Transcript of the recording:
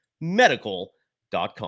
medical.com